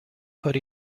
put